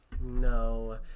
No